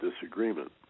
disagreement